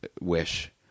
wish